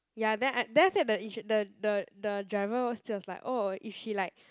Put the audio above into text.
ya then I then after that the insu~ the the the driver was just like oh if she like